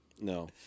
no